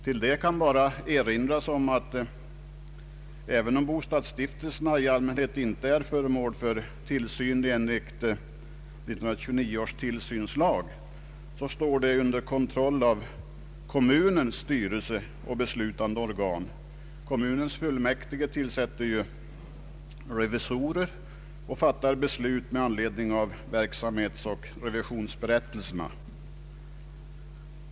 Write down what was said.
Till detta kan erinras om att även om bostadsstiftelserna i allmänhet inte är föremål för tillsyn enligt 1929 års tillsynslag står de under kontroll av kommunens styrelse och beslutande organ. Kommunens fullmäktige tillsätter revisorer och fattar beslut med anledning av revisionsoch verksamhetsberättelserna.